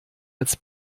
als